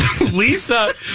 Lisa